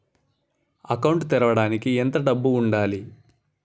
Account తెరవడానికి ఎంత డబ్బు ఉండాలి?